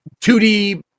2D